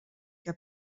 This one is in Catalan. què